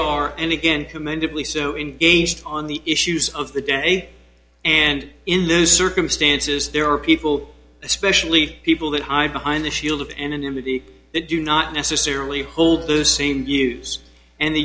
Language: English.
are and again commendably so engaged on the issues of the day and in those circumstances there are people especially people that high behind the shield of anonymity that do not necessarily hold those same views and the